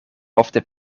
ofte